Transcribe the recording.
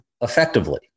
effectively